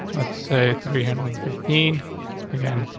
let's say three hundred and fifteen again.